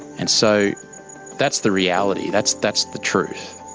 and so that's the reality, that's that's the truth.